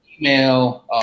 email